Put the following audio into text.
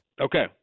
Okay